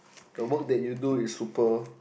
the work that you do is super